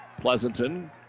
Pleasanton